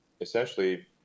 essentially